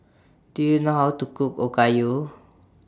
Do YOU know How to Cook Okayu